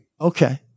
Okay